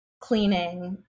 cleaning